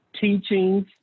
teachings